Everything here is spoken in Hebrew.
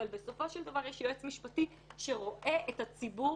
אבל בסופו של דבר יש יועץ משפטי שרואה את הציבור